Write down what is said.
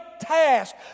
task